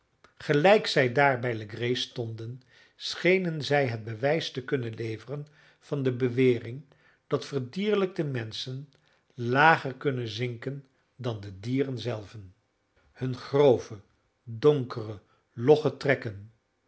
gelijk zij daar bij legree stonden schenen zij het bewijs te kunnen leveren van de bewering dat verdierlijkte menschen lager kunnen zinken dan de dieren zelven hunne grove donkere logge trekken